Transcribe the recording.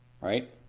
right